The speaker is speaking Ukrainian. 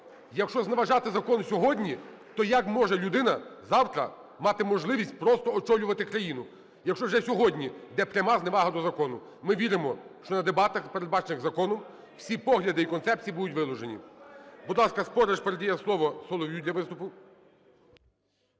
Якщо зневажати закон сьогодні, то як може людина завтра мати можливість просто очолювати країну, якщо вже сьогодні йде пряма зневага до закону? Ми віримо, що на дебатах, передбачених законом, всі погляди і концепції будутьвиложені. Будь ласка, Спориш передає слово Солов'ю для виступу.